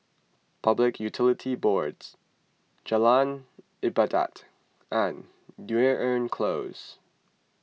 Public Utilities Boards Jalan Ibadat and Dunearn Close